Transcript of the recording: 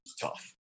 tough